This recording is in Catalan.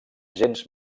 gens